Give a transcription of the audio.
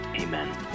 Amen